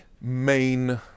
main